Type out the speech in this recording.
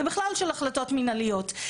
ובכלל של החלטות מנהליות,